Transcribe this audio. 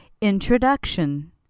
Introduction